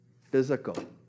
Physical